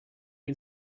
can